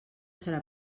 serà